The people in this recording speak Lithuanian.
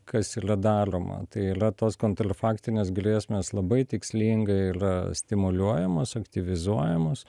kas ylia dalioma tai ylia tos kontlfaktinės grėsmės labai tikslingai ylia stimuliuojamos aktyvizuojamos